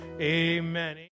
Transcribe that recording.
amen